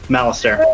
Malister